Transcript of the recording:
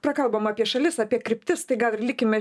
prakalbom apie šalis apie kryptis tai gal ir likime